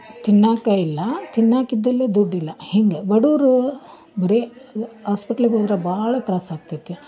ತಿನ್ನಾಕೆ ಇಲ್ಲ ತಿನ್ನಾಕಿದ್ದಲ್ಲಿ ದುಡ್ಡಿಲ್ಲ ಹೀಗೆ ಬಡವರು ಬೇರೆ ಆಸ್ಪಿಟ್ಲಿಗೋದರೆ ಭಾಳ ತ್ರಾಸ ಆಗ್ತೈತೆ